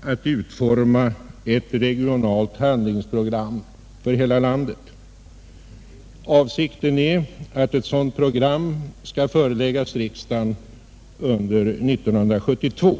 att utforma ett regionalt handlingsprogram för hela landet. Avsikten är, att ett sådant program skall föreläggas riksdagen under 1972.